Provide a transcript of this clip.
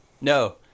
No